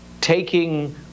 taking